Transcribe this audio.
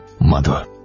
Mother